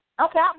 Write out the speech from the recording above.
Okay